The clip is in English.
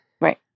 Right